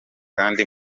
kandi